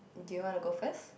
do you wanna go first